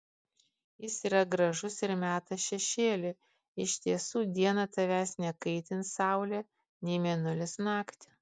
jis yra gražus ir meta šešėlį iš tiesų dieną tavęs nekaitins saulė nei mėnulis naktį